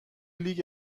لیگ